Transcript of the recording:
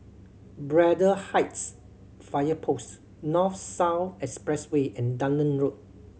Braddell Heights Fire Post North South Expressway and Dunearn Road